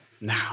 now